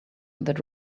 that